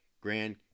Grand